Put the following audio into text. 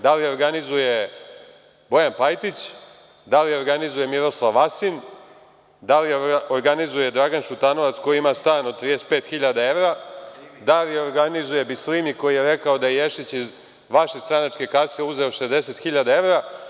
Da li je organizuje Bojan Bajtić, da li je organizuje Miroslav Vasin, da li je organizuje Dragan Šutanovac, koji ima stan od 35 hiljada evra, da li je organizuje Bislini, koji je rekao da je Ješić iz vaše stranačke kase uzeo 60 hiljada evra?